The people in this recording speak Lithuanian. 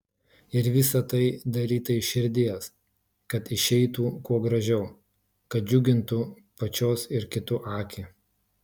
ir visa tai daryta iš širdies kad išeitų kuo gražiau kad džiugintų pačios ir kitų akį